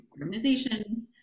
organizations